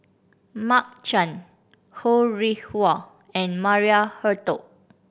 Mark Chan Ho Rih Hwa and Maria Hertogh